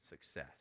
success